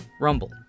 Rumble